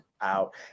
out